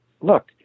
look